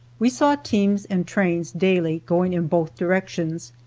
we saw teams and trains daily going in both directions,